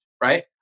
right